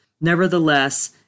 Nevertheless